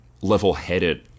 level-headed